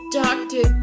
doctor